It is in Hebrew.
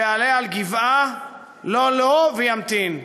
שיעלה על גבעה לא לו, וימתין.